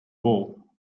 ball